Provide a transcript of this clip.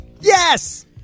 Yes